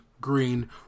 Green